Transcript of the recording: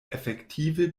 efektive